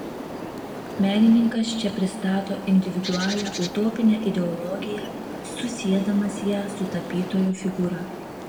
menininkas čia pristato individualią utopinę ideologiją susiedamas ją su tapytojo figūra